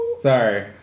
Sorry